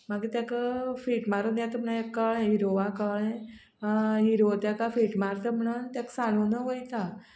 मागीर तेका फीट मारून येता म्हणू हें कळ्ळें हिरोवा कळ्ळें हिरो तेका फीट मारता म्हणन तेका सांडून वयता